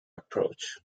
approach